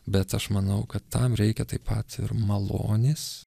bet aš manau kad tam reikia taip pat ir malonės